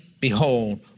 behold